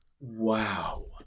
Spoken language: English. Wow